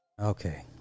Okay